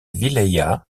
wilaya